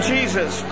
Jesus